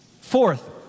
Fourth